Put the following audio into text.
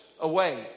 away